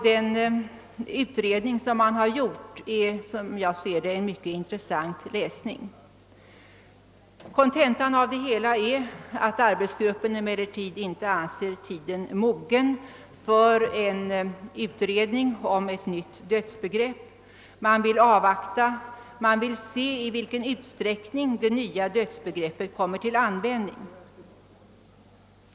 Det betänkande som arbetsgruppen framlagt är, som jag ser det, en mycket intressant läsning. Kontentan av det hela är emellertid, att arbetsgruppen inte anser tiden vara mogen för en utredning av frågan om ett nytt dödsbegrepp. Man vill avvakta och se i vilken utsträckning ett nytt dödsbegrepp kommer till användning.